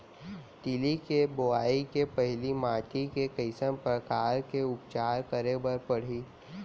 तिलि के बोआई के पहिली माटी के कइसन प्रकार के उपचार करे बर परही?